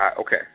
okay